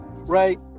right